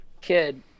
kid